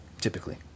typically